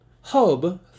Hub